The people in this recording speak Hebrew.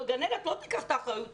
גננת לא תיקח את האחריות,